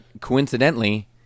Coincidentally